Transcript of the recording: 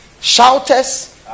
shouters